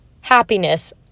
happiness